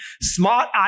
smart